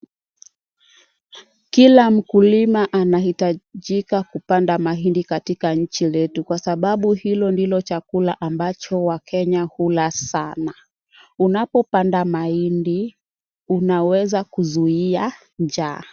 Kila mkulima anahitajika kupanda mahindi katika nchi letu kwa sababu hilo ndilo chakula wakenya hula sana. Unapopanda mahindi unaweza kuzuia njaa.